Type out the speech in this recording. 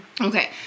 Okay